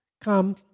come